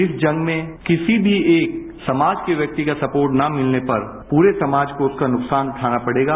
इस जंग में किसी भी एक समाज के व्यक्ति का स्पोर्ट ने मिलने पर पूरे समाज को उसका नुकसान उगना पड़ेगा